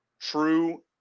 true